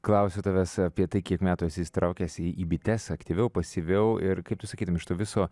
klausiau tavęs apie tai kiek metų esi įsitraukęs į į bites aktyviau pasyviau ir kaip tu sakytum iš to viso